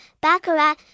baccarat